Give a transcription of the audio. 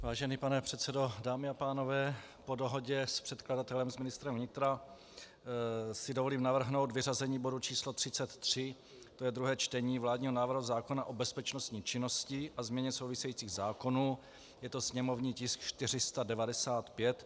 Vážený pane předsedo, dámy a pánové, po dohodě s předkladatelem s ministrem vnitra, si dovolím navrhnout vyřazení bodu číslo 33, tj. druhé čtení vládního návrhu zákona o bezpečnostní činnosti a změně souvisejících zákonů, sněmovní tisk 495.